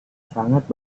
sangat